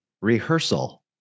rehearsal